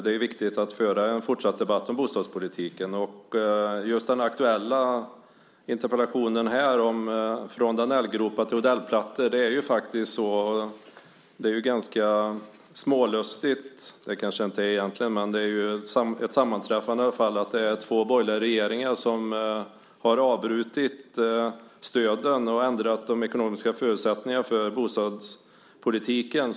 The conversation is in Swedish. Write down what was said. Det är viktigt att föra en fortsatt debatt om bostadspolitiken. Den aktuella interpellationen om Danellgropar som blir Odellplattor är ganska smålustig. Det kanske den egentligen inte är. Men det är i varje fall ett sammanträffande att det är två borgerliga regeringar som har avbrutit stöden och ändrat de ekonomiska förutsättningarna för bostadspolitiken.